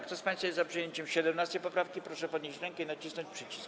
Kto z państwa jest za przyjęciem 17. poprawki, proszę podnieść rękę i nacisnąć przycisk.